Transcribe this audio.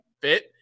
fit